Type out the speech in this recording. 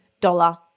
dollar